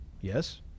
Yes